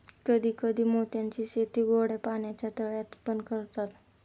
कधी कधी मोत्यांची शेती गोड्या पाण्याच्या तळ्यात पण करतात